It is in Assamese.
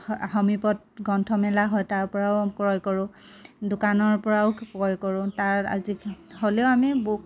সমীপত গ্ৰন্থমেলা হয় তাৰ পৰাও ক্ৰয় কৰোঁ দোকানৰ পৰাও ক্ৰয় কৰোঁ তাৰ আজি হ'লেও আমি বুক